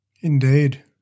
Indeed